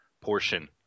portion